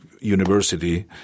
University